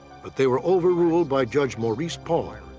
but they were overruled by judge maurice paul.